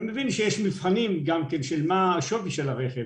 אני מבין שיש מבחנים של שווי הרכב,